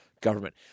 government